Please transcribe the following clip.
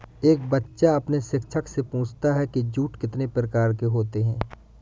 एक बच्चा अपने शिक्षक से पूछता है कि जूट कितने प्रकार के होते हैं?